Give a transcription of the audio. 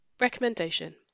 Recommendation